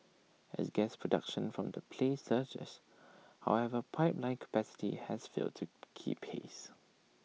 as gas production from the play surges however pipeline capacity has failed to keep pace